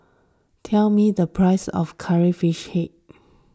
tell me the price of Curry Fish Head